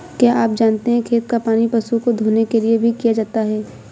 क्या आप जानते है खेत का पानी पशु को धोने के लिए भी किया जाता है?